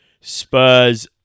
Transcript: Spurs